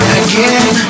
again